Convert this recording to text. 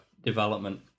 development